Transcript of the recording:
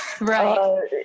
right